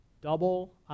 double